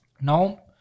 Now